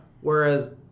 Whereas